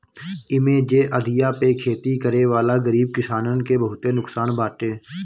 इमे जे अधिया पे खेती करेवाला गरीब किसानन के बहुते नुकसान बाटे